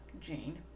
Jane